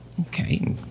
Okay